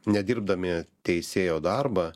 nedirbdami teisėjo darbą